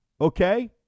Okay